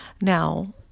now